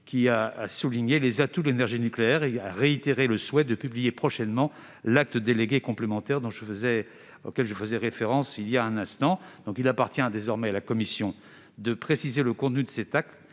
qui a souligné les atouts de l'énergie nucléaire et a réitéré le souhait de publier prochainement l'acte délégué complémentaire auquel je faisais référence il y a un instant. Il appartient désormais à la Commission de préciser le contenu de ces actes.